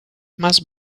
must